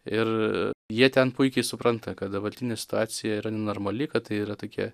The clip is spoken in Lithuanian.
ir jie ten puikiai supranta kad dabartinė situacija yra nenormali kad tai yra tokie